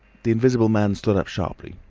the invisible man stood up sharply.